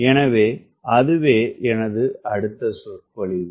எனவே அதுவே எனது அடுத்த சொற்பொழிவு